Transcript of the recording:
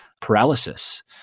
paralysis